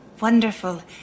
Wonderful